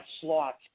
slot